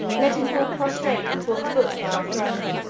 let him fall prostrate before the foot of our throne,